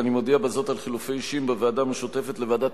אני מודיע בזאת על חילופי אישים בוועדה המשותפת לוועדת